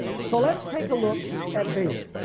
so let's take a look at balaam.